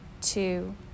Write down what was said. two